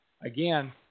again